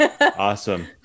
awesome